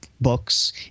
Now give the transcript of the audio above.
books